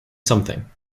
something